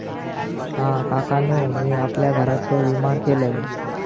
हा, काकानु मी आपल्या घराचो विमा केलंय